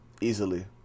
easily